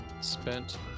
spent